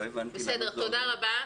זאת הייתה הבהרה חשובה מאוד.